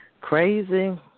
Crazy